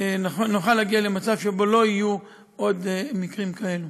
נוכל להגיע למצב שבו לא יהיו עוד מקרים כאלה.